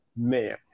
man